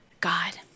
God